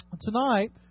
tonight